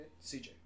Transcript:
Cj